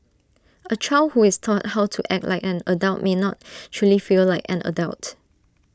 A child who is taught how to act like an adult may not truly feel like an adult